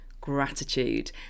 gratitude